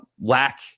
lack